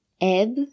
Ebb